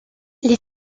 les